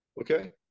okay